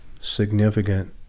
significant